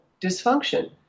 dysfunction